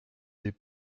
des